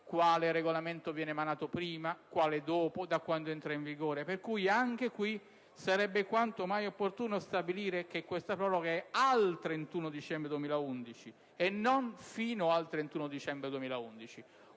quale regolamento viene emanato prima, quale dopo e da quando entra in vigore. Pertanto, sarebbe quanto mai opportuno stabilire che la proroga è al 31 dicembre 2011 e non fino al 31 dicembre 2011.